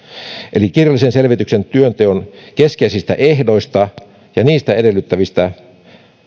eli kirjallisen selvityksen työnteon keskeisistä ehdoista ja niistä edellytettävistä